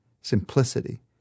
simplicity